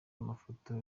amafoto